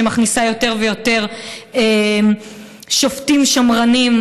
שמכניסה יותר ויותר שופטים שמרנים,